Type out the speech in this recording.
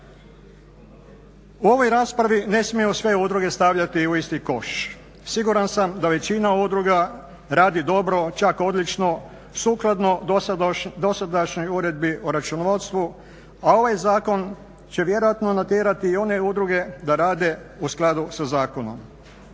U ovoj raspravi ne smijemo sve udruge stavljati u isti koš. Siguran sam da većina udruga radi dobro, čak odlično sukladno dosadašnjoj uredbi o računovodstvu, a ovaj zakon će vjerojatno natjerati i one udruge da rade u skladu sa zakonom.